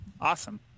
Awesome